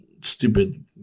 stupid